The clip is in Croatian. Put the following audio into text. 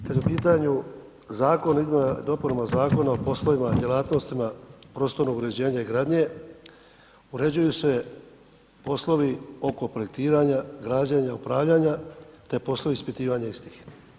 Kad je u pitanju Zakon o izmjenama i dopunama Zakona o poslovima i djelatnostima prostornog uređenja i gradnje, uređuju se poslovi oko projektiranja, građenja, upravljanja, te poslovi ispitivanja istih.